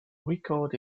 record